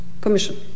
Commission